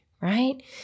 right